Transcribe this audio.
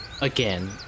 again